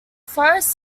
forrest